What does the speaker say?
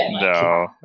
No